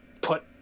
put